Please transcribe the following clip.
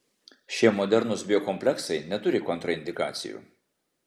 šie modernūs biokompleksai neturi kontraindikacijų